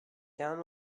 down